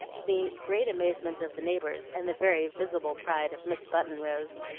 to the great amazement of the neighbors and the very visible pride of miss button-rose,